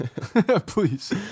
please